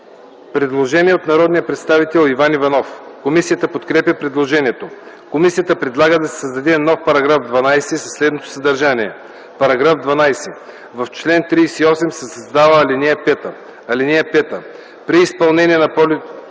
Предложение от народния представител Иван Иванов. Комисията подкрепя предложението. Комисията предлага да се създаде нов § 12 със следното съдържание: „§ 12. В чл. 38 се създава ал. 5: „(5) При изпълнение на полетните